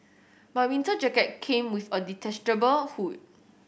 my winter jacket came with a detachable hood